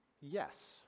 yes